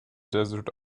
desert